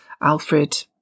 Alfred